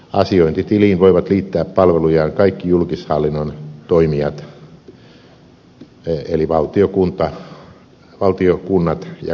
asiointitiliin voivat liittää palvelujaan kaikki julkishallinnon toimijat eli valtio kunnat ja kansaneläkelaitos